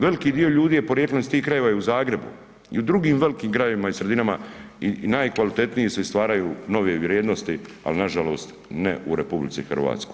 Veliki dio ljudi je porijeklom iz tih krajeva i u Zagrebu i u drugim velikim gradovima i sredinama i najkvalitetniji su i stvaraju nove vrijednosti ali nažalost ne u RH.